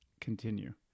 continue